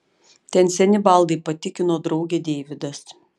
ten seni baldai patikino draugę deividas